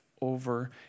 over